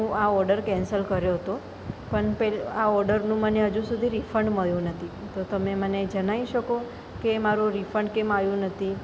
હું આ order cancel કર્યો હતો પણ પે આ ઓર્ડરનું મને હજુ સુધી રિફંડ મળ્યું નથી તો તમે મને જણાવી શકો કે મારું રિફંડ કેમ આવ્યું નથી